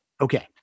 Okay